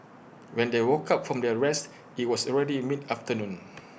when they woke up from their rest IT was already mid afternoon